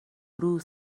روز